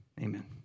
Amen